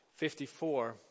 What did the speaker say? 54